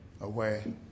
away